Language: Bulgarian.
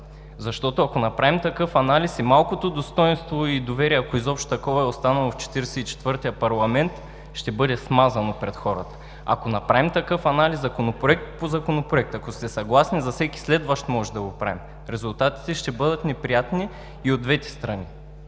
Защото ако направим такъв анализ и малкото достойнство и доверие, ако изобщо такова е останало в Четиридесет и четвъртия парламент, ще бъде смазано пред хората. Ако направим такъв анализ – законопроект по законопроект. Ако сте съгласни за всеки следващ може да го правим. Резултатите ще бъдат неприятни и от двете страни.